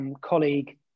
colleague